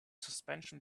suspension